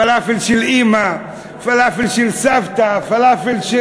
פלאפל של אימא, פלאפל של סבתא, פלאפל של,